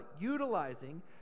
utilizing